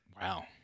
Wow